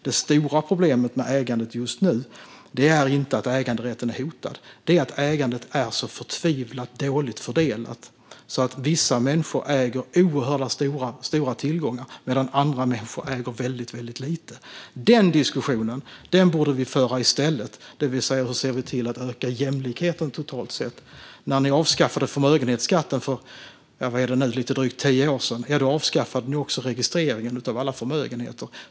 Det stora problemet med ägandet just nu är inte att äganderätten är hotad utan att ägandet är så förtvivlat dåligt fördelat att vissa människor äger oerhört stora tillgångar medan andra människor äger väldigt lite. Den diskussionen borde vi föra i stället, det vill säga: Hur ser vi till att öka jämlikheten, totalt sett? När ni i Moderaterna avskaffade förmögenhetsskatten för, vad är det nu, lite drygt tio år sedan avskaffade ni även registreringen av alla förmögenheter.